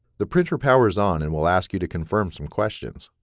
the printer powers on and will ask you to confirm some questions.